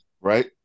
Right